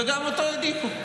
וגם אותו הדיחו.